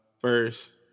First